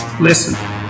listen